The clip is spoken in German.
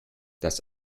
das